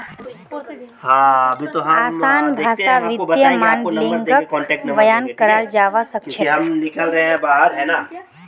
असान भाषात वित्तीय माडलिंगक बयान कराल जाबा सखछेक